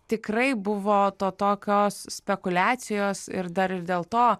tikrai buvo to tokios spekuliacijos ir dar ir dėl to